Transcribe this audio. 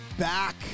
Back